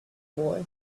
boy